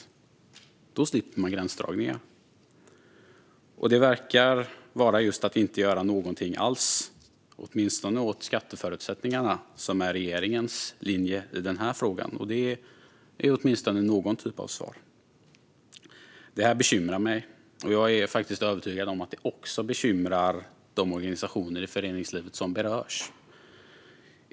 Då slipper man gränsdragningar. Och det verkar vara just att inte göra någonting alls, åtminstone åt skatteförutsättningarna, som är regeringens linje i den här frågan. Det är åtminstone någon typ av svar. Det här bekymrar mig, och jag är faktiskt övertygad om att det också bekymrar de organisationer i föreningslivet som berörs.